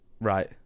right